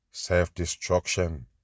self-destruction